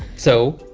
so,